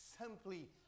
simply